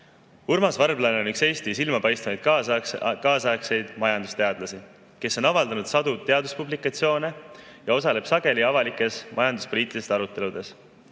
Varblane on üks Eesti silmapaistvaid kaasaegseid majandusteadlasi, kes on avaldanud sadu teaduspublikatsioone ja osaleb sageli avalikes majanduspoliitilistes aruteludes.